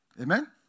Amen